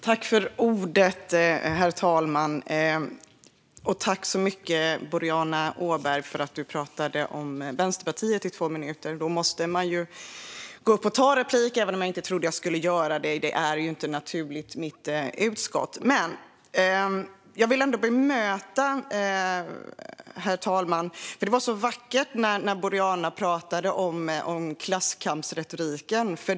Herr talman! Tack så mycket, Boriana Åberg, för att du pratade om Vänsterpartiet i två minuter! Då måste man ju begära replik även om jag inte trodde att jag skulle göra det; det är ju inte naturligt i mitt utskott. Jag vill ändå bemöta detta, herr talman, för det var så vackert när Boriana pratade om klasskampsretoriken.